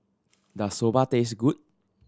does Soba taste good